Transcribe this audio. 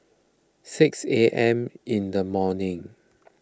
six A M in the morning